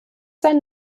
sein